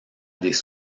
des